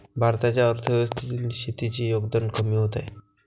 भारताच्या अर्थव्यवस्थेतील शेतीचे योगदान कमी होत आहे